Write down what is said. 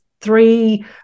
three